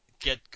get